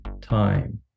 time